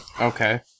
Okay